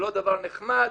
זה לא דבר נחמד,